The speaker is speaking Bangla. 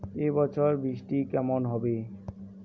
এবছর বৃষ্টি কেমন হবে?